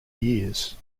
years